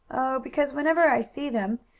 because whenever i see them,